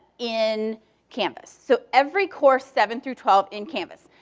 in canvas. so every course seven through twelve in canvas.